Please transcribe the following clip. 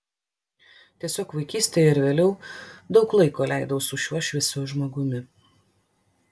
tiesiog vaikystėje ir vėliau daug laiko leidau su šiuo šviesiu žmogumi